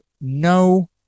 no